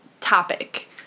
topic